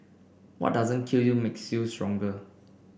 what doesn't kill you makes you stronger